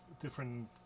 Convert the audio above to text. different